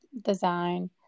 design